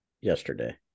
yesterday